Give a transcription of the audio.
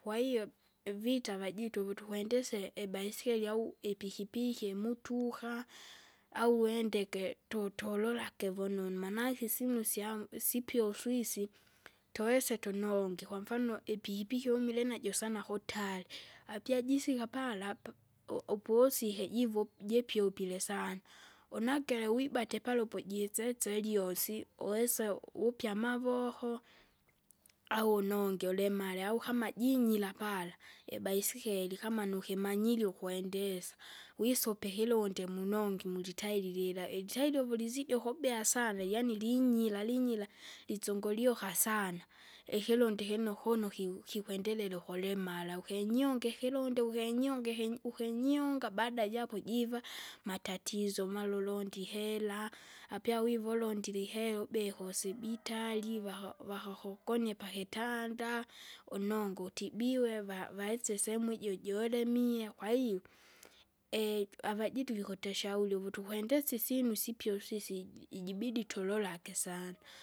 Kwahiyo ivita avajitu utukwendese ibaiskeri au ipikipiki imutuka. Au wendege tutororake vononu manake isinu syamu isipyosu isi, tuwese tunonge kwamfano ipikipiki umile najo sana kutari, apia jisika pala pa- u- uposike jivu jipyupile sana, unagele wibate pala upojisese ilyosi, uwese uvupya amavoko au unongi ulimale au kama jinyira pala, ibaiskeri kama nukimanyili ukwendesa. Wisope ikirundi munongi, mulitairi lila, ilitairi uvulizidi ukubea sana, yaani linyira linyira lizungulyuka sana, ikirundi kinu kunu kiu kikwendelea ukulimara ukinyongea, ikulunde ukinyonge iki- ukinyoonga. Baada ja apo jiva matatizo mara ulondi ihera. Apyawiva ulondile ihera, ubea kusibitari vaka vakakugonie pakitanda, unongi utibiwe, va- vaise isemu ijo jolemie. Kwahiyo, avajitu vikutushauri uvuti ukwendesa isinu isipyosi isiji ijibidi tulolake sana.